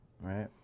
Right